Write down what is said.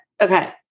Okay